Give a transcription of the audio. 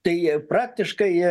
tai praktiškai